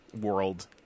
world